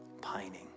pining